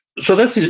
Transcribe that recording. so that's,